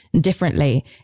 differently